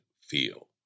feel